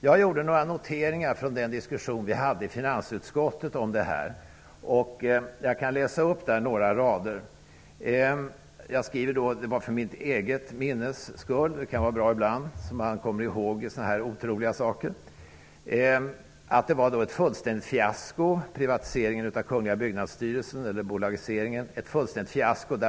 Jag gjorde några noteringar från den diskussion vi hade i finansutskottet om detta. Jag kan läsa upp några rader. Jag skriver för mitt eget minnes skull. Det kan vara bra ibland, så att man kommer ihåg sådana här otroliga saker. Privatiseringen eller bolagiseringen av kungliga Byggnadsstyrelsen var ett fullständigt fiasko.